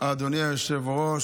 היו לי עוד